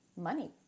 money